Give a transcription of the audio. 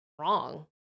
wrong